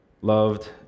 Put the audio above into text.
loved